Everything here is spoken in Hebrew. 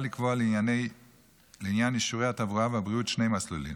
לקבוע לעניין אישורי התברואה והבריאות שני מסלולים: